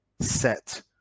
set